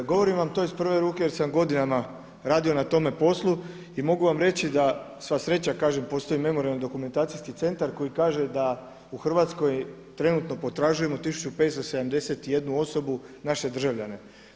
Govorim vam to iz prve ruke jer sam godinama radio na tome poslu i mogu vam reći da sva sreća, kažem postoji memorijalni-dokumentacijski centar koji kaže da u Hrvatskoj trenutno potražujemo 1571 osobu naše državljane.